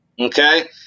okay